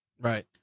Right